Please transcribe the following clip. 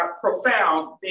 profound